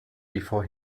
before